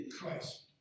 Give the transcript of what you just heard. Christ